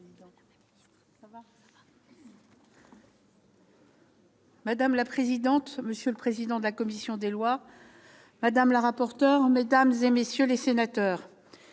Madame la présidente, monsieur le président de la commission des lois, madame la rapporteur, mesdames, messieurs les sénateurs,